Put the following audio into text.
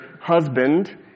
husband